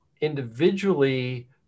individually